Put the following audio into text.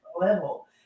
level